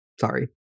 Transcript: Sorry